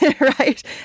right